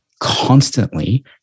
constantly